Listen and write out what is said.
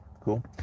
cool